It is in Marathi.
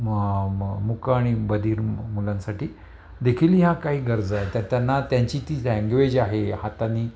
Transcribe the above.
म म मुक आणि बधीर मुलांसाठी देखील हा काही गरजाय त्या त्यांना त्यांची ती लँग्वेज आहे हातानी